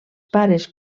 pares